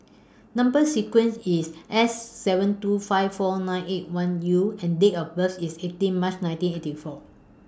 Number sequence IS S seven two five four nine eight one U and Date of birth IS eighteen March nineteen eighty four